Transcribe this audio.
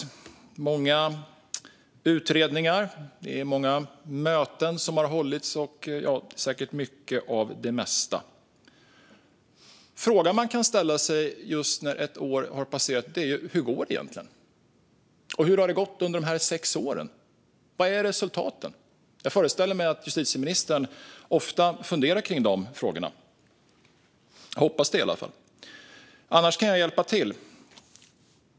Det har varit många utredningar. Det är många möten som har hållits. Det är säkert mycket av det mesta. Frågan man kan ställa sig just när ett år har passerat är: Hur går det egentligen? Och hur har det gått under de här sex åren? Vad är resultaten? Jag föreställer mig att justitieministern ofta funderar kring dessa frågor. Jag hoppas i alla fall det. Annars kan jag hjälpa till.